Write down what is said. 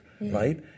right